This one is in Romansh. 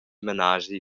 menaschi